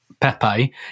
Pepe